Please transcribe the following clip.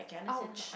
!ouch!